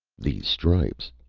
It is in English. these stripes.